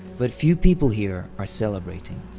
but few people here are celebrating.